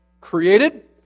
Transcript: created